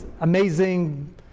amazing